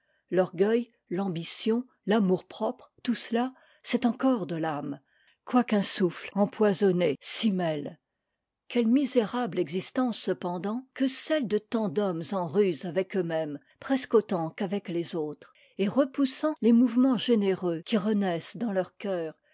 l'orgueil l'ambition l'amour-propre tout cela c'est encore de l'âme quoiqu'un souffle empoisonné s'y mêle quelle misérable existence cependant que celle de tant d'hommes en ruse avec eux-mêmes presque autant qu'avec les autres et repoussant les mouvements généreux qui renaissent dans leur cœur